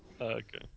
Okay